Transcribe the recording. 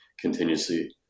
continuously